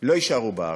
לא יישארו בארץ,